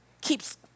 keeps